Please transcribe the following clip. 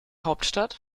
hauptstadt